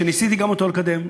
שניסיתי גם אותו לקדם,